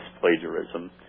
plagiarism